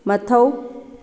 ꯃꯊꯧ